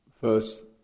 first